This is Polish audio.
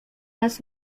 nas